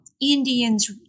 Indians